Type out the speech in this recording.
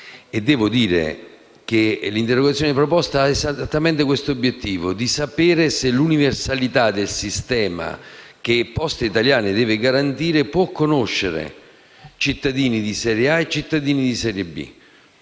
modalità. L'interrogazione presentata ha esattamente l'obiettivo di sapere se l'universalità del sistema che Poste italiane deve garantire possa conoscere cittadini di serie A e cittadini di serie B,